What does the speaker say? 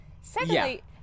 Secondly